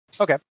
Okay